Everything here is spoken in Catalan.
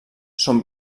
són